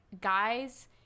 guys